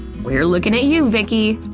we're looking at you, vicki.